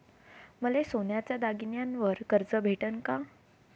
मले सोन्याच्या दागिन्यावर कर्ज भेटन का?